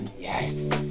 yes